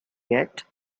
yet